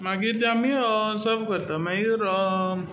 मागीर तें आमी सर्व करता मागीर